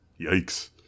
Yikes